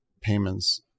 payments